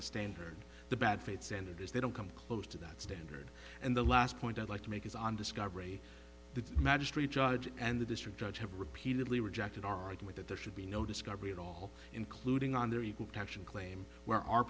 the standard the bad faith standard is they don't come close to that standard and the last point i'd like to make is on discovery the magistrate judge and the district judge have repeatedly rejected our argument that there should be no discovery at all including on their equal protection claim where our